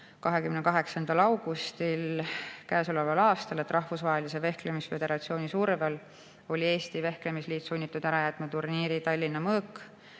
28. augustil sellel aastal, kui Rahvusvahelise Vehklemisföderatsiooni survel oli Eesti Vehklemisliit sunnitud ära jätma turniiri Tallinna Mõõk.